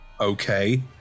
Okay